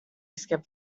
skip